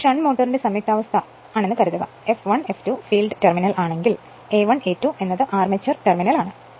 ഇത് ഷണ്ട് മോട്ടോറിന്റെ സംയുക്താവസ്ഥ ആണെന്ന് കരുതുക F1 F2 ഫീൽഡ് ടെർമിനൽ ആണെങ്കിൽ A1 A2 എന്നത് ആർമേച്ചർ ടെർമിനൽ ആണ്